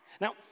Now